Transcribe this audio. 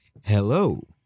Hello